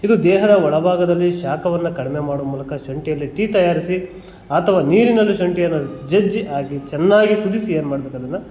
ಇದು ದೇಹದ ಒಳಭಾಗದಲ್ಲಿ ಶಾಖವನ್ನ ಕಡಿಮೆ ಮಾಡುವ ಮೂಲಕ ಶುಂಠಿಯಲ್ಲಿ ಟೀ ತಯಾರಿಸಿ ಅಥವಾ ನೀರಿನಲ್ಲಿ ಶುಂಠಿಯನ್ನು ಜಜ್ಜಿ ಆಗಿ ಚೆನ್ನಾಗಿ ಕುದಿಸಿ ಏನು ಮಾಡಬೇಕು ಅದನ್ನ